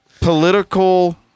political